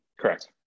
Correct